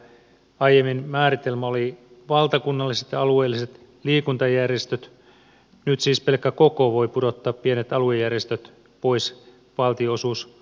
aiemmin määritelmä oli valtakunnalliset ja alueelliset liikuntajärjestöt nyt siis pelkkä koko voi pudottaa pienet aluejärjestöt pois valtionosuuskuvioista